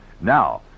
Now